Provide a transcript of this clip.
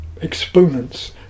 exponents